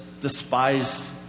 despised